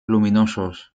luminosos